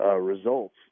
Results